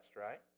right